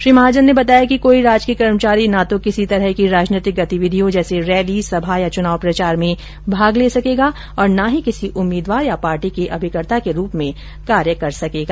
श्री महाजन ने बताया की कोई राजकीय कर्मचारी ना तो किसी प्रकार की राजनैतिक गतिविधियों जैसे रैली सभा या चुनाव प्रचार में भाग ले सकेगा और ना ही किसी उम्मीदवार या पार्टी के अभिकर्ता के रूप में कार्य कर सकेगा